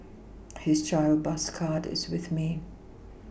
his child bus card is with me